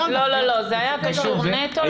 לא, לא, זה היה קשור נטו לנושא של המסעדות.